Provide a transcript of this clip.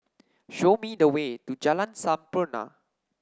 show me the way to Jalan Sampurna